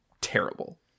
terrible